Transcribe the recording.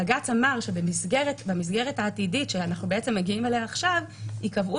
בג"צ אמר שבמסגרת העתידית שאנחנו מגיעים אליה עכשיו ייקבעו